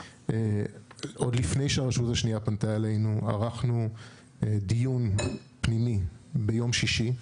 עוד לפני שהרשות השנייה פנתה אלינו ערכנו דיון פנימי ביום שישי,